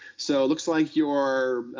so it looks like your